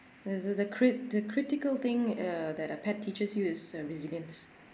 is it the cri~ the critical thing err that a pet teaches you is uh resilience